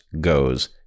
goes